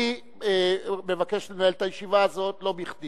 אני מבקש לנהל את הישיבה הזאת לא בכדי,